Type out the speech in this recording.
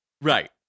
right